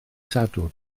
sadwrn